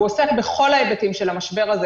הוא עוסק בכל ההיבטים של המשבר הזה.